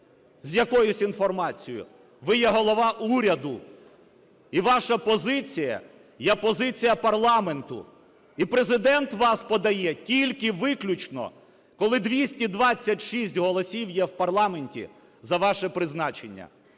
з якоюсь інформацією. Ви є голова уряду, і ваша позиція є позиція парламенту. І Президент вас подає тільки виключно, коли 226 голосів є в парламенті за ваше призначення.